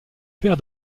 père